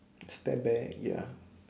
step back ya